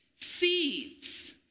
seeds